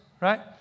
right